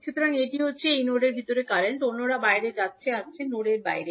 সুতরাং এটি যাচ্ছে এই নোডের ভিতরে কারেন্ট চলছে অন্যরা বাইরে যাচ্ছে আসছে নোডের বাইরে